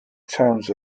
towns